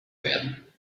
werden